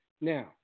Now